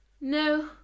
No